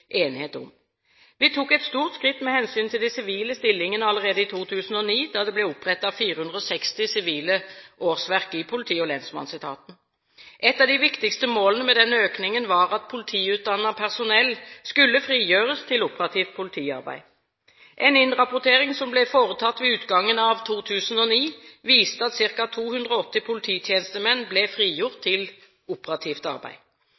Vi tok et stort skritt med hensyn til de sivile stillingene allerede i 2009, da det ble opprettet 460 sivile årsverk i politi- og lensmannsetaten. Et av de viktigste målene med denne økningen var at politiutdannet personell skulle frigjøres til operativt politiarbeid. En innrapportering som ble foretatt ved utgangen av 2009, viste at ca. 280 polititjenestemenn ble frigjort til operativt arbeid.